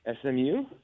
SMU